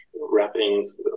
wrappings